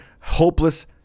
hopeless